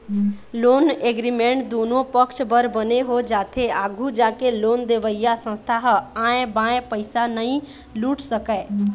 loan agreement दुनो पक्छ बर बने हो जाथे आघू जाके लोन देवइया संस्था ह आंय बांय पइसा नइ लूट सकय